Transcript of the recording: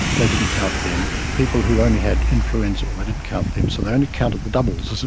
they didn't count them. people who only had influenza, um they didn't count them. so they only counted the doubles, as it